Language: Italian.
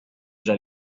già